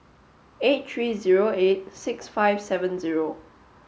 eight three zero eight six five seven zero